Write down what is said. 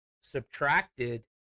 subtracted